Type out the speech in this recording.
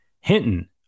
Hinton